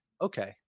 okay